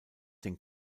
den